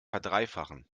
verdreifachen